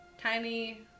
tiny